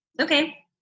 Okay